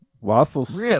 Waffles